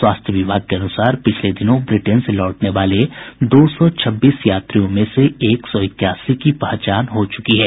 स्वास्थ्य विभाग के अनुसार पिछले दिनों ब्रिटेन से लौटने वाले दो सौ छब्बीस यात्रियों में से एक सौ इक्यासी की पहचान हो च्रकी है